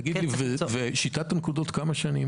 כמה שנים שיטת הנקודות?